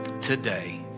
today